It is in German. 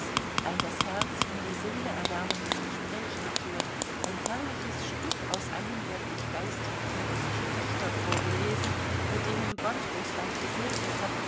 ein das herz und die seele erwärmendes gespräch geführt ein herrliches stück aus einem der durchgeistigten russischen dichter vorgelesen mit denen gott rußland gesegnet hat